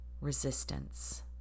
resistance